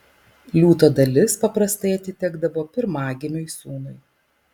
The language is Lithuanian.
liūto dalis paprastai atitekdavo pirmagimiui sūnui